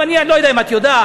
אני לא יודע אם את יודעת,